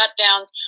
shutdowns